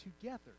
together